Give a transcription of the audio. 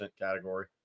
category